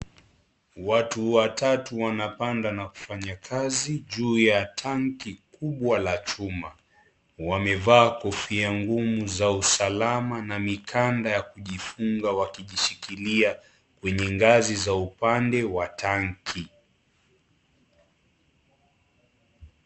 Watu watatu, wanapanda na kufanya kazi juu ya tangi kubwa la chuma. Wamevaa kofia ngumu za usalama na mikanda ya kujifunga, wakijishikilia kwenye ngazi za upande wa tangi.